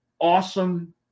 awesome